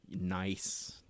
nice